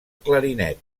clarinet